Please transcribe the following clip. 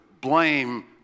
blame